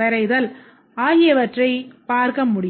வரைதல் ஆகியவற்றைப் பார்க்க முடியும்